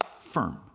firm